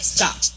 stop